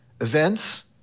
events